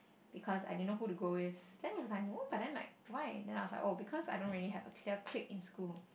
because I didn't know who to go with then he was like no but then like why then I was like oh because I didn't have a clear clique in school